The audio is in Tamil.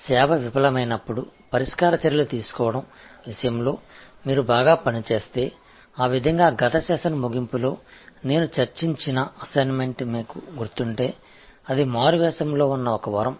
சர்வீஸ் தோல்வியடைந்தபோது நீங்கள் ரெட்ரசல் நடவடிக்கைகளை எடுப்பதில் நன்றாகச் செய்திருந்தால் அந்த வகையில் கடந்த அமர்வின் முடிவில் நான் விவாதித்த வேலையை நீங்கள் நினைவில் வைத்திருந்தால் அது ஒருவித ஆசிர்வாதம்